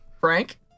Frank